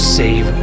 save